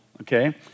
okay